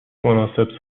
متناسب